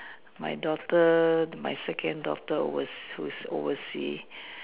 my daughter my second daughter who was overseas